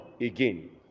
again